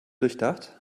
durchdacht